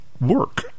work